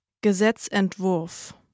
Gesetzentwurf